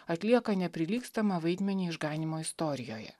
atlieka neprilygstamą vaidmenį išganymo istorijoje